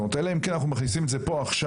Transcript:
אלא אם כן אנחנו מכניסים את זה פה עכשיו,